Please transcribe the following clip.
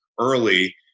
early